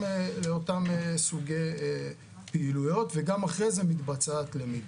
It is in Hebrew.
לאותן פעילויות וגם לאחר מכן מתבצעת למידה.